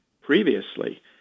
previously